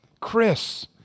Chris